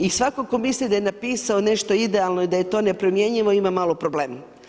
I svatko tko misli da je napisao nešto idealno i da je to nepromjenjivo, ima malo problem.